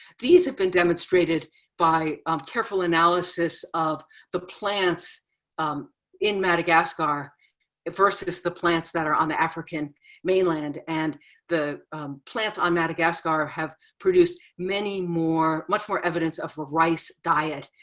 these have been demonstrated by um careful analysis of the plants um in madagascar versus the plants that are on the african mainland. and the plants on madagascar have produced many more, much more evidence of a rice diet.